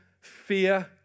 fear